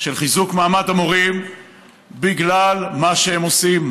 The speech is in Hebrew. של חיזוק מעמד המורים בגלל מה שהם עושים,